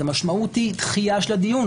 המשמעות היא דחייה של הדיון,